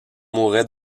mouraient